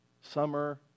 summer